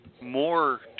more